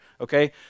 Okay